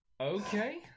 Okay